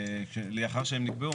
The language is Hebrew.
לאחר שהם נקבעו,